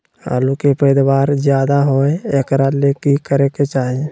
आलु के पैदावार ज्यादा होय एकरा ले की करे के चाही?